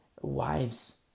wives